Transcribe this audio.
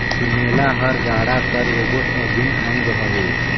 सुमेला हर गाड़ा कर एगोट अभिन अग हवे